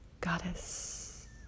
Goddess